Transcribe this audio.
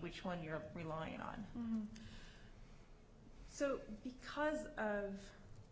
which one you're relying on so because of